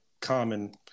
common